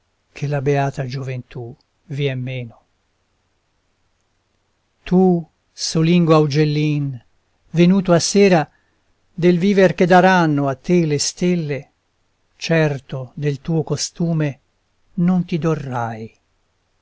che la beata gioventù vien meno tu solingo augellin venuto a sera del viver che daranno a te le stelle certo del tuo costume non ti dorrai